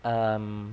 um